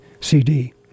CD